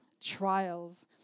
trials